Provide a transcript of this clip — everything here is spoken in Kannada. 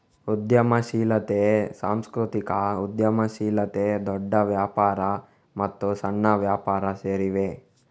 ಉದ್ಯಮಶೀಲತೆ, ಸಾಂಸ್ಕೃತಿಕ ಉದ್ಯಮಶೀಲತೆ, ದೊಡ್ಡ ವ್ಯಾಪಾರ ಮತ್ತು ಸಣ್ಣ ವ್ಯಾಪಾರ ಸೇರಿವೆ